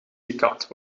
gekapt